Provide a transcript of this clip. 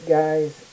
guys